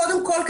קודם כל,